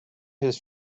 his